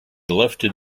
lifted